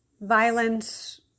violence